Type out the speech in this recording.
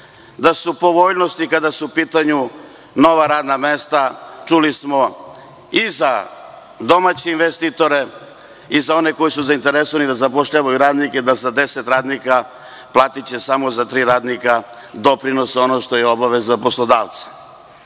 Da su povoljnosti kada su u pitanju nova radna mesta. Čuli smo i za domaće investitore i za one koji su zainteresovani da zapošljavaju radnike da za deset radnika plaćaju samo za tri radnika doprinose i to je obaveza poslodavca. Ja